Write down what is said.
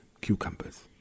cucumbers